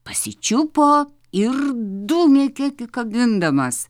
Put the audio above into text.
pasičiupo ir dūmė kiek įkabindamas